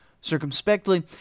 Circumspectly